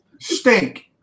Stink